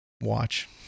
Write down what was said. watch